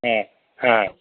ह ह